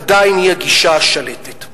עדיין היא הגישה השלטת,